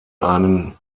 einen